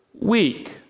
weak